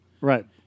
right